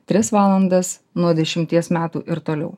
tris valandas nuo dešimties metų ir toliau